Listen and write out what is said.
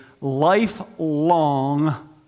lifelong